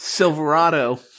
Silverado